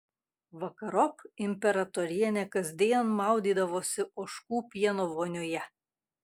vakarop imperatorienė kasdien maudydavosi ožkų pieno vonioje